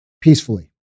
peacefully